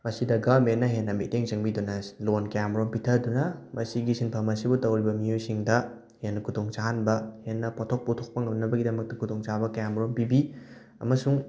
ꯃꯁꯤꯗ ꯒꯕꯔꯃꯦꯟꯅ ꯍꯦꯟꯅ ꯃꯤꯠꯌꯦꯡ ꯆꯪꯕꯤꯗꯨꯅ ꯂꯣꯟ ꯀꯌꯥ ꯃꯔꯨꯝ ꯄꯤꯊꯗꯨꯅ ꯃꯁꯤꯒꯤ ꯁꯤꯟꯐꯝ ꯑꯁꯤꯕꯨ ꯇꯧꯔꯤꯕ ꯃꯤꯑꯣꯏꯁꯤꯡꯗ ꯍꯦꯟꯅ ꯈꯨꯗꯣꯡ ꯆꯥꯍꯟꯕ ꯍꯦꯟꯅ ꯄꯣꯊꯣꯛ ꯄꯨꯊꯣꯛꯄ ꯉꯝꯅꯕꯒꯤꯗꯃꯛꯇ ꯈꯨꯗꯣꯡ ꯆꯥꯕ ꯀꯌꯥ ꯃꯔꯨꯝ ꯄꯤꯕꯤ ꯑꯃꯁꯨꯡ